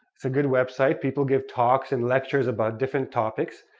it's a good website, people give talks and lectures about different topics.